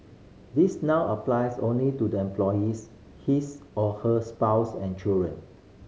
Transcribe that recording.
this now applies only to the employees his or her spouse and children